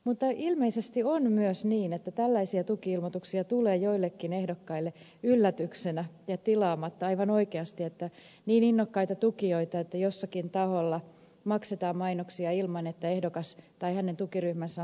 mutta ilmeisesti on myös niin että tällaisia tuki ilmoituksia tulee joillekin ehdokkaille yllätyksenä ja tilaamatta aivan oikeasti että on niin innokkaita tukijoita että jollakin taholla maksetaan mainoksia ilman että ehdokas tai hänen tukiryhmänsä on siitä tietoinen